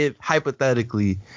hypothetically